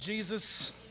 Jesus